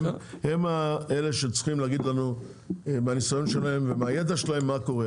הם אלה שצריכים להגיד לנו מהניסיון שלהם ומהידע שלהם מה קורה.